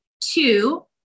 two